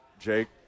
jake